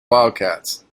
wildcats